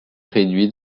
réduit